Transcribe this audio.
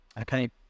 Okay